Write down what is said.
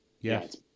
Yes